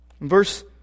verse